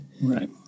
right